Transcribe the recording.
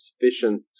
sufficient